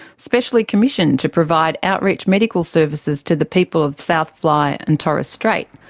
specially commissioned to provide outreach medical services to the people of south fly and torres strait.